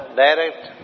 direct